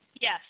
Yes